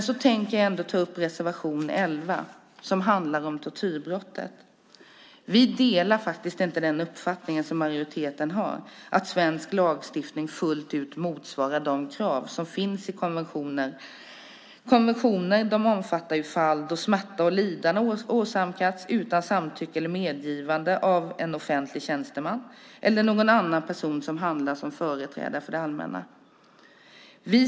Jag väljer att ta upp reservation 11 som handlar om tortyrbrottet. Vi delar inte majoritetens uppfattning att svensk lagstiftning fullt ut motsvarar de krav som finns i konventionen. Konventionen omfattar fall då smärta och lidande åsamkas av en offentlig tjänsteman eller någon annan person som handlar som företrädare för det allmänna, utan samtycke eller medgivande.